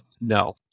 No